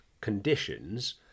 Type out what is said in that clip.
conditions